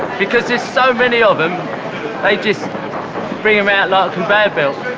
because there's so many of them, they just bring them out like a conveyor belt.